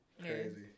Crazy